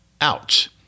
ouch